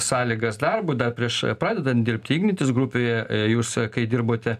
sąlygas darbui dar prieš pradedant dirbti ignitis grupėje jūs kai dirbote